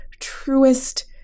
truest